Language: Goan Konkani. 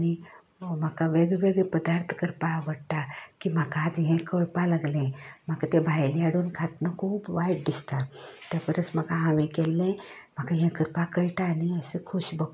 आनी म्हाका वेगळें वेगळें पदार्थ करपाक आवडटा की म्हाका आज हें कळपाक लागलें म्हाका तीं भायलें हाडून खातना खूब वायट दिसता त्या परस म्हाका हांवें केल्ले म्हाका हें करपाक कळटा न्ही अशें खोस भागता